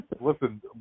Listen